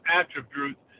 attributes